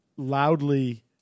Loudly